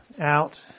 out